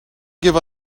give